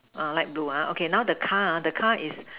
uh light blue uh okay now the car ah the car is